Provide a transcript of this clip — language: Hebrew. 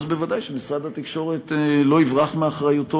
אז ודאי שמשרד התקשורת לא יברח מאחריותו